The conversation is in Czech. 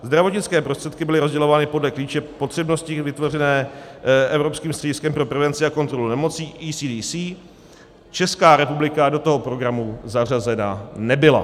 Zdravotnické prostředky byly rozdělovány podle klíče potřebnosti vytvořeného evropským střediskem pro prevenci a kontrolu nemocí ECDC, Česká republika do toho programu zařazena nebyla.